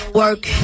work